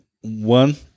one